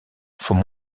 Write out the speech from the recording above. faut